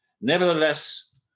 Nevertheless